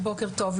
בוקר טוב,